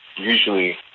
usually